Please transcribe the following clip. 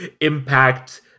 impact